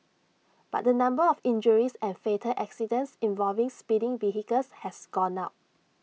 but the number of injuries and fatal accidents involving speeding vehicles has gone up